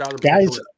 Guys